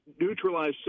neutralize